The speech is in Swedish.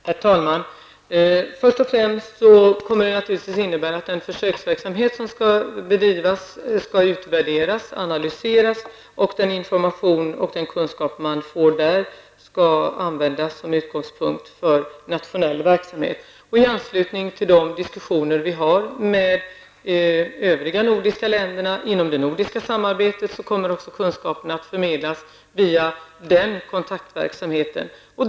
Herr talman! Först och främst kommer det naturligtvis att innebära att den försöksverksamhet som bedrivs skall utvärderas och analyseras och att den information och kunskap man får skall användas som utgångspunkt för nationell verksamhet. I anslutning till de diskussioner vi har med de övriga nordiska länderna, inom det nordiska samarbetet, kommer kunskaperna att förmedlas också via den kontaktverksamheten.